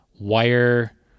Wire